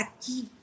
aquí